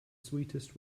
sweetest